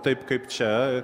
taip kaip čia